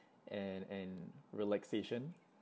and and relaxation